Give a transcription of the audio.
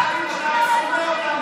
אתה רק שונא אותנו.